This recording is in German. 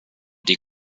die